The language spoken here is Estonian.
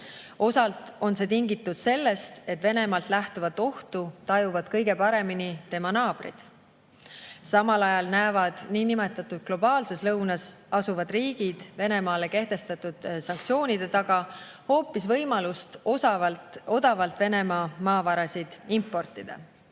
Osalt on see tingitud sellest, et Venemaalt lähtuvat ohtu tajuvad kõige paremini tema naabrid. Samal ajal näevad niinimetatud globaalses lõunas asuvad riigid Venemaale kehtestatud sanktsioonide taga hoopis võimalust odavalt Venemaa maavarasid importida.